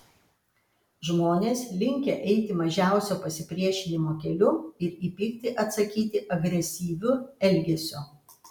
žmonės linkę eiti mažiausio pasipriešinimo keliu ir į pyktį atsakyti agresyviu elgesiu